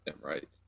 Right